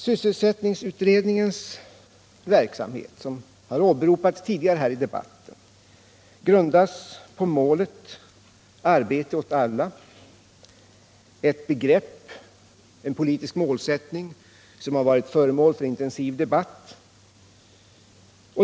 Sysselsättningsutredningens verksamhet, som har åberopats tidigare här i debatten, grundas på målet arbete åt alla, ett begrepp som har varit föremål för en intensiv debatt.